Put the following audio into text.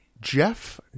Jeff